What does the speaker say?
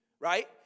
right